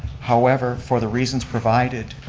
however, for the reasons provided,